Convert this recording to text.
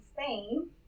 Spain